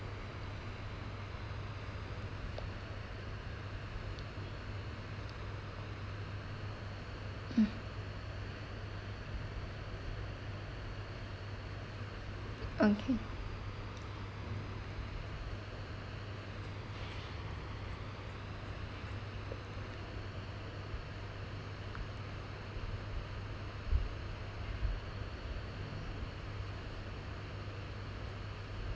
hmm okay